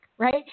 right